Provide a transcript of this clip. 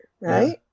Right